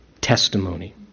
testimony